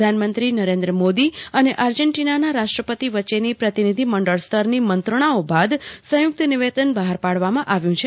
પ્રધાનમંત્રી નરેન્દ્ર મોદી અને આર્જેન્ટિનાના રાષ્ટ્રપતિ વચ્ચેની પ્રતિનિધિનમંડળ સ્તરની મંત્રણાઓ બાદ સંયુક્ત નિવેદન બહાર પાડવામાં આવ્યું છે